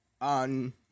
on